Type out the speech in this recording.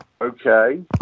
Okay